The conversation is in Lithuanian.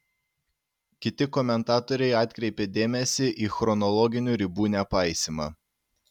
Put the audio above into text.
kiti komentatoriai atkreipė dėmesį į chronologinių ribų nepaisymą